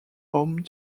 home